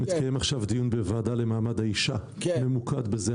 מתקיים עכשיו דיון בוועדה למעמד האשה ממוקד בזה,